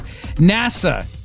NASA